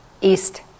East